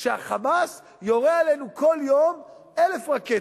שה"חמאס" יורה עלינו כל יום 1,000 רקטות,